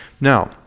Now